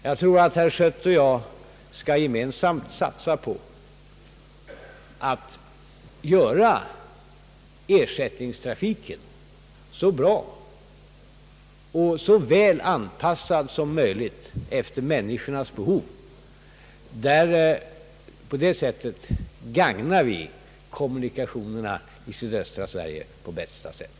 Jag tror att herr Schött och jag skall gemensamt satsa på att göra ersättningstrafiken så bra som möjligt och så väl anpassad som möjligt efter människornas behov. På det sättet gagnar vi kommunikationerna även i sydöstra Sverige på bästa sätt.